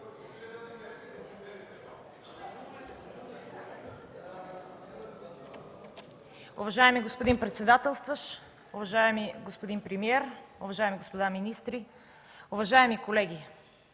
Уважаеми господин председателстващ, уважаеми господин премиер, уважаеми господа министри, уважаеми колеги!